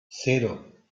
cero